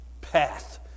path